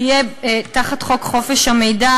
תהיה תחת חוק חופש המידע,